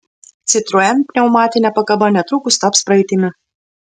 citroen pneumatinė pakaba netrukus taps praeitimi